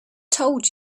told